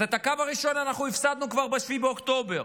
אז את הקו הראשון הפסדנו כבר ב-7 באוקטובר.